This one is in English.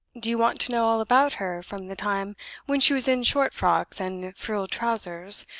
do you want to know all about her, from the time when she was in short frocks and frilled trousers?